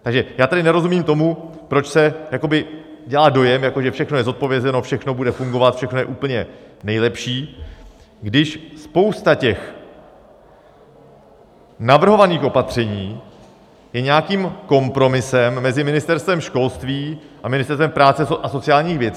Takže já nerozumím tomu, proč se jakoby dělá dojem, jako že všechno je zodpovězeno, všechno bude fungovat, všechno je úplně nejlepší, když spousta těch navrhovaných opatření je nějakým kompromisem mezi Ministerstvem školství a Ministerstvem práce a sociálních věcí.